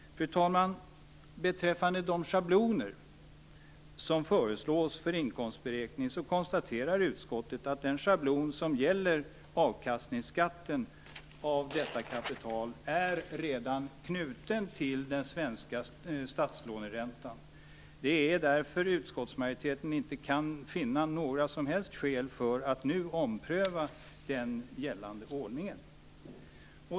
Fru talman! Beträffande de schabloner som förelås för inkomstberäkning, konstaterar utskottet att den schablon som gäller avkastningsskatten i fråga om detta kapital redan är knuten till den svenska statslåneräntan. Det är därför utskottsmajoriteten inte kan finna några som helst skäl att nu ompröva den gällande ordningen.